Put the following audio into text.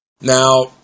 Now